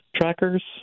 trackers